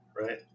right